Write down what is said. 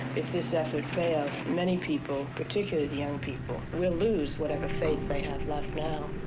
if this effort fails, many people particularly the young people will lose whatever faith they have left now.